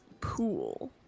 pool